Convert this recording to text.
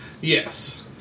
Yes